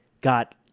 got